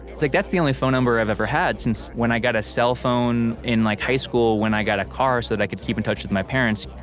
it's like that's the only phone number i've ever had since when i got a cell phone in like highschool when i got a car so that i could keep in touch with my parents.